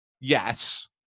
yes